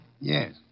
Yes